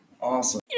Awesome